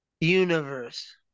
universe